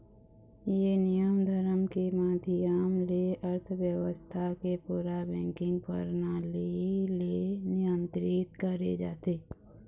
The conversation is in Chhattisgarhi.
ये नियम धरम के माधियम ले अर्थबेवस्था के पूरा बेंकिग परनाली ले नियंत्रित करे जाथे